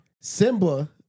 Simba